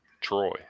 troy